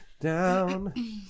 down